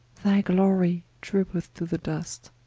thy glory droopeth to the dust.